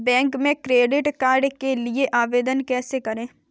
Bank में credit card के लिए आवेदन कैसे करें?